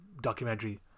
documentary